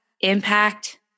impact